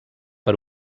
per